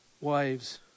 Wives